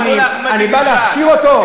מה, אני בא להכשיר אותו?